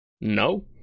No